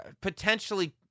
potentially